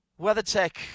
WeatherTech